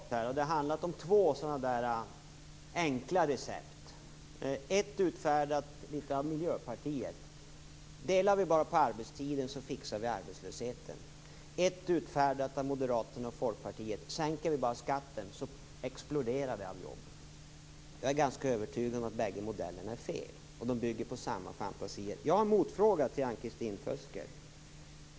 Fru talman! Jag har lyssnat på den debatt som har pågått här, och det har handlat om två sådana där enkla recept. Ett är utfärdat av Miljöpartiet. Det lyder: Delar vi bara på arbetstiden så fixar vi arbetslösheten. Ett är utfärdat av Moderaterna och Folkpartiet. Det lyder: Sänker vi bara skatten så exploderar det av jobb. Jag är ganska övertygad om att bägge modellerna är fel. De bygger på samma fantasier. Jag har en motfråga till Ann-Kristin Føsker.